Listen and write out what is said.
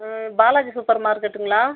Balaji super மார்க்கெட்டுங்களா